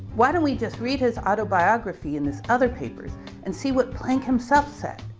why don't we just read his autobiography and his other papers and see what planck himself said?